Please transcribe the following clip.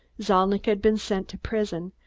zalnitch had been sent to prison,